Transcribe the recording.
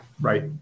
right